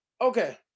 Okay